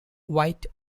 white